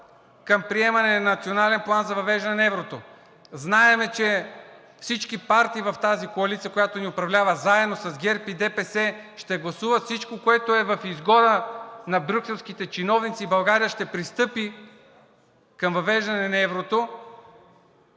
към приемане на Национален план за въвеждане на еврото. Знаем, че всички партии в тази коалиция, която ни управлява, заедно с ГЕРБ и ДПС, ще гласуват всичко, което е в изгода на брюкселските чиновници, и България ще пристъпи към въвеждане на еврото.